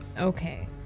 Okay